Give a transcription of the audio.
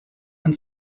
and